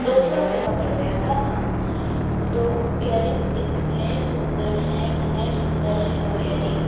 दो सौ रुपये का पड़ गया था हाँ तो एयरिंग इतने सुन्दर हैं इतने सुन्दर हैं वह एयरिंग